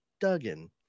Duggan